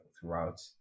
throughout